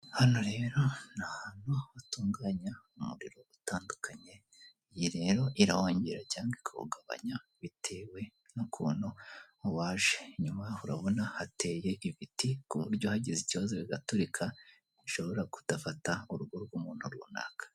Hano rero ni ahantu batunganya umuriro itandukanye. iyi rero irawongera cyangwa ikawugabanya bitewe n'ukuntu waje, inyuma urabona hateye ibiti kuburyo hagize ikibazo igaturika bishobora kudafata urugo rw'umuntu runaka.